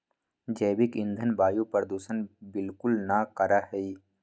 जैविक ईंधन वायु प्रदूषण बिलकुल ना करा हई